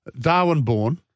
Darwin-born